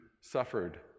suffered